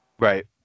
Right